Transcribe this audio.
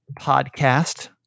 podcast